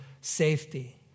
safety